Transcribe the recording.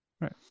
Right